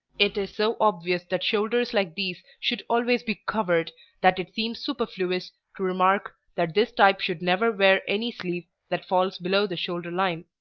it is so obvious that shoulders like these should always be covered that it seems superfluous to remark that this type should never wear any sleeve that falls below the shoulder-line.